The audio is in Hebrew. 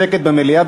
שקט במליאה,